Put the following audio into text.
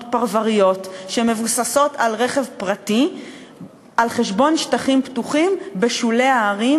פרבריות שמבוססות על רכב פרטי על חשבון שטחים פתוחים בשולי הערים,